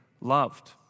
loved